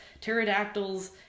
pterodactyls